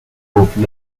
قفل